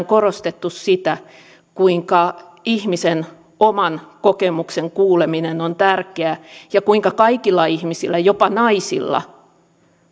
korostettu sitä kuinka ihmisen oman kokemuksen kuuleminen on tärkeää ja kuinka kaikilla ihmisillä jopa naisilla